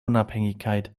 unabhängigkeit